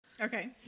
Okay